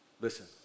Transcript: Listen